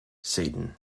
satan